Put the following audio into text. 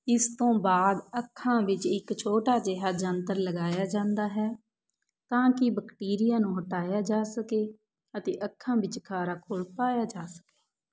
ਇਸ ਤੋਂ ਬਾਅਦ ਅੱਖਾਂ ਵਿੱਚ ਇਕ ਛੋਟਾ ਜਿਹਾ ਯੰਤਰ ਲਗਾਇਆ ਜਾਂਦਾ ਹੈ ਤਾਂ ਕਿ ਵਕਟੀਰੀਆ ਨੂੰ ਹਟਾਇਆ ਜਾ ਸਕੇ ਅਤੇ ਅੱਖਾਂ ਵਿਚ ਖਾਰਾ ਘੋਲ ਪਾਇਆ ਜਾ ਸਕੇ